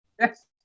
Yes